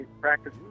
practice